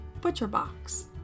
ButcherBox